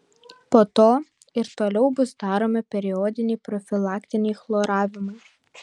po to ir toliau bus daromi periodiniai profilaktiniai chloravimai